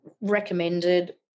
recommended